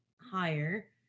higher